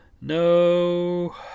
no